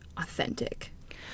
Authentic